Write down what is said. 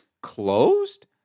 closed